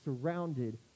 surrounded